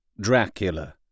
Dracula